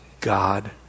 God